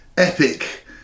epic